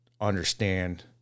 understand